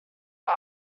are